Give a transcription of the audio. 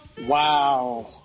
Wow